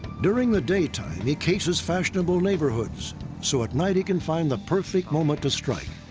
during the daytime, the cases fashionable neighborhoods so at night, he can find the perfect moment to strike.